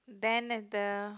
then at the